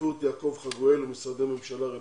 בהשתתפות יעקב חגואל ומשרדי ממשלה רלוונטיים.